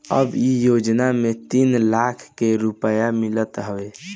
अब इ योजना में तीन लाख के रुपिया मिलत हवे